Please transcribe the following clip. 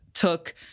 took